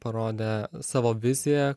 parodė savo viziją